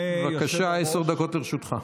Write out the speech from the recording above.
בבקשה, עשר דקות לרשותך.